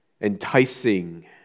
enticing